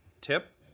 tip